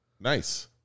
Nice